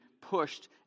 pushed